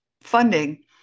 funding